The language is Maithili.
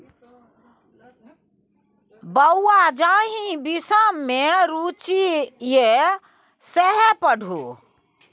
बौंआ जाहि विषम मे रुचि यै सैह पढ़ु